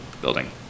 building